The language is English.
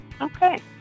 Okay